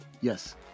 Yes